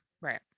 Right